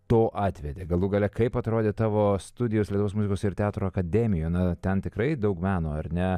to atvedė galų gale kaip atrodė tavo studijos lietuvos muzikos ir teatro akademijoj ten tikrai daug meno ar ne